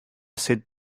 sit